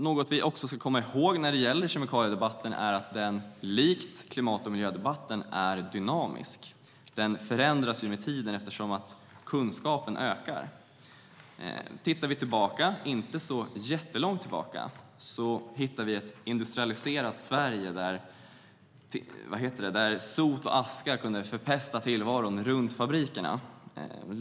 Något vi också ska komma ihåg är att kemikaliedebatten likt klimat och miljödebatten är dynamisk. Den förändras med tiden eftersom kunskapen ökar. Tittar vi tillbaka, inte så långt, ser vi ett industrialiserat Sverige där sot och aska kunde förpesta tillvaron runt fabrikerna.